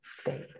state